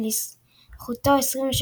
ולזכותו 26